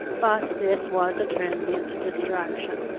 but this was a transient distraction.